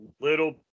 little